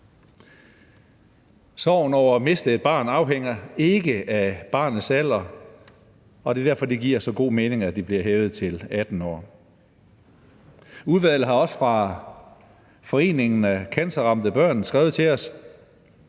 Sorgen over at miste et barn afhænger ikke af barnets alder, og det er derfor, at det giver så god mening, at det bliver hævet til 18 år. Foreningen af Cancerramte Børn har skrevet til os